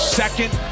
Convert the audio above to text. second